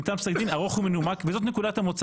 ניתן פסק דין ארוך ומנומק וזאת נקודת המוצא.